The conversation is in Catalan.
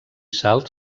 salt